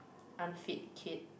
unfit kid